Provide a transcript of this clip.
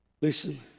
Listen